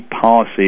policy